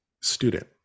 student